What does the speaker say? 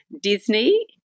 Disney